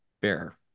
Fair